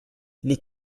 les